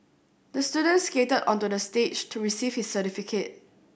the student skated onto the stage to receive his certificate